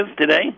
today